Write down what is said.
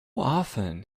often